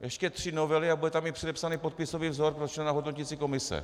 Ještě tři novely a bude tam i předepsaný podpisový vzor pro člena hodnoticí komise.